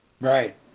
Right